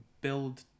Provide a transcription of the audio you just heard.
build